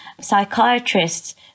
psychiatrists